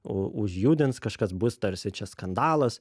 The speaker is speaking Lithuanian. u užjudins kažkas bus tarsi čia skandalas